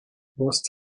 lost